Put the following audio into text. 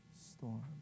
storm